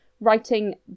writing